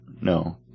No